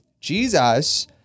Jesus